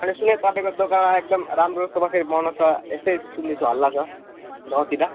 मैले सुनेँ तपाईँको दोकानमा एकदम राम्रो सोफा सेट बनाउँछ यस्तै सुनेको छु हल्ला छ गाउँतिर